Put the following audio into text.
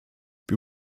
wir